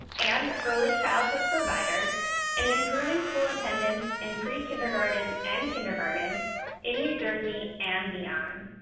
and early childhood providers in improving school attendance in prekindergarten and kindergarten in new jersey and beyond.